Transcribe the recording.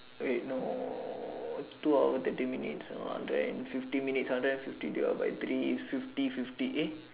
wait no two hours thirty minutes uh hundred and fifty minutes hundred and fifty divide by three it's fifty fifty eh